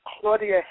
Claudia